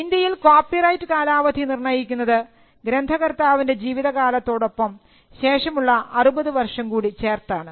ഇന്ത്യയിൽ കോപ്പിറൈറ്റ് കാലാവധി നിർണയിക്കുന്നത് ഗ്രന്ഥകർത്താവിൻറെ ജീവിത കാലത്തോടൊപ്പം ശേഷമുള്ള 60 വർഷം കൂടി ചേർത്തിട്ടാണ്